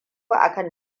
akan